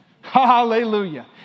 Hallelujah